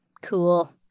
Cool